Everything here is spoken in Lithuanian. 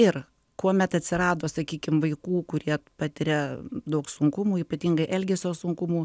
ir kuomet atsirado sakykim vaikų kurie patiria daug sunkumų ypatingai elgesio sunkumų